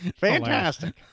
fantastic